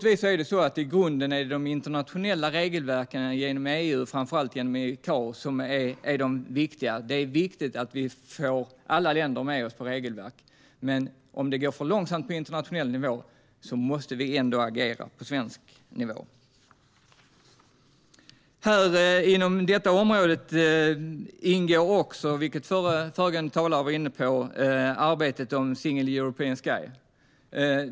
I grunden är det de internationella regelverken genom EU och framför allt ICAO som är viktiga. Det är viktigt att vi får alla länder med oss på regelverk. Men om det går för långsamt på internationell nivå måste vi ändå agera på svensk nivå. Inom detta område ingår också, vilket föregående talare var inne på, arbetet med Single European Sky.